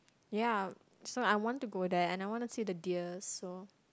ya so I want to go there and I want to see the deer so